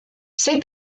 sei